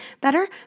better